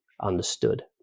understood